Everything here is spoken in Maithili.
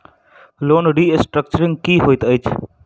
लोन रीस्ट्रक्चरिंग की होइत अछि?